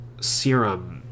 serum